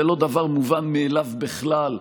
זה לא דבר מובן מאליו בכלל.